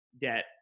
debt